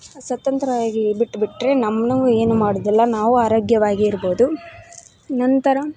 ಸ್ವತಂತ್ರವಾಗಿ ಬಿಟ್ಬಿಟ್ಟರೆ ನಮ್ಮನ್ನೂ ಏನು ಮಾಡುದಿಲ್ಲ ನಾವು ಆರೋಗ್ಯವಾಗಿ ಇರ್ಬೋದು ನಂತರ